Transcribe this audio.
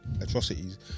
atrocities